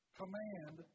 command